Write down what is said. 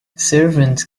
servants